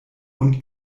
und